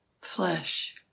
flesh